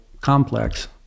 complex